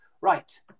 Right